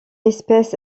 espèce